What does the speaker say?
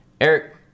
Eric